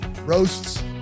Roasts